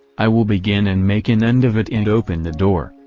i will begin and make an end of it and open the door,